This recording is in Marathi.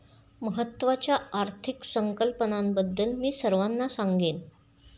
महत्त्वाच्या आर्थिक संकल्पनांबद्दल मी सर्वांना सांगेन